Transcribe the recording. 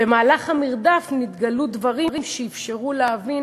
במהלך המרדף נתגלו דברים שאפשרו להבין